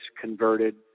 converted